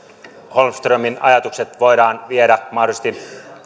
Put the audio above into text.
holmströmin ajatukset voidaan viedä mahdollisesti